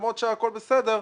למרות שהכול בסדר,